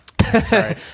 Sorry